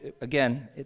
again